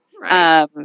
Right